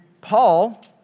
Paul